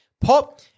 Pop